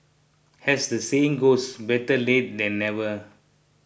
as the saying goes better late than never